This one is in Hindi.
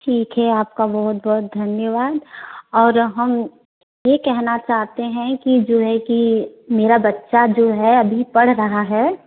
ठीक है आपका बहुत बहुत धन्यवाद और हम यह कहना चाहते हैं कि जो है कि मेरा बच्चा जो है अभी पढ़ रहा है